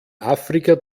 afrika